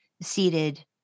seated